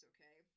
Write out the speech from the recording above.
Okay